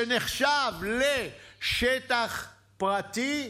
שנחשב לשטח פרטי?